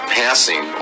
passing